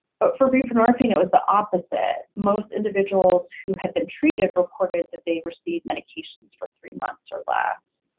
but for buprenorphine it was the opposite most individuals who had been treated reported that they received medications for three months or less.